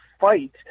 fight